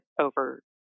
over